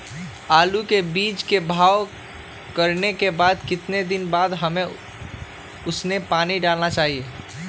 आलू के बीज के भाव करने के बाद कितने दिन बाद हमें उसने पानी डाला चाहिए?